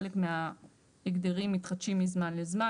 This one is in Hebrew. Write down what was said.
חלק מההגדרים מתחדשים מזמן לזמן.